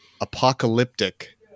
apocalyptic